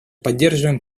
поддерживаем